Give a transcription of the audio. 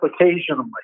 occasionally